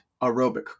aerobic